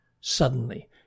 Suddenly